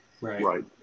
Right